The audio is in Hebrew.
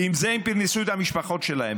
כי עם זה הם פרנסו את המשפחות שלהם,